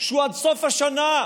שהוא עד סוף השנה?